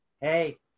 hey